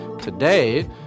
Today